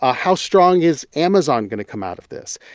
ah how strong is amazon going to come out of this?